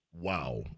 Wow